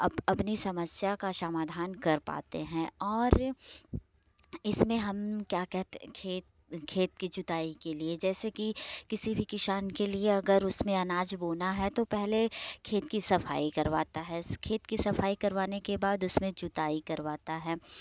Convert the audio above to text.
अपनी समस्या का समाधान कर पाते हैं और इसमें हम क्या कहते खेत खेत की जुताई के लिए जैसे की किसी भी किसान के लिए अगर उसमें अनाज बोना है तो पहले खेत की सफाई करवाता है खेत सफाई करवाने के बाद उसमें जुताई करवाता है